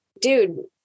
Dude